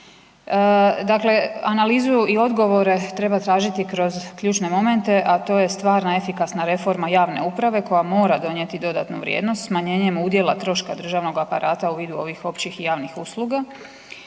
Dakle analizu i odgovore treba tražiti kroz ključne momente a to je stvarna efikasna reforma javne uprave koja mora donijeti dodatnu vrijednost smanjenjem udjela troškova državnog aparata u vidu ovih općih i javnih usluga